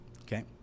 okay